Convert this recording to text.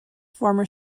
former